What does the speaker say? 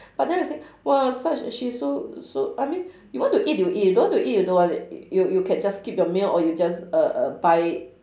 but then I say !wah! such a she's so so I mean you want to eat you eat you don't want to eat you don't want to ea~ you you can just skip the meal or you just err err buy